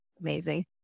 amazing